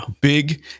big